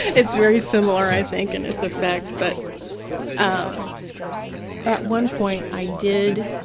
it's very similar, i think, in its effect. but um at one point i did,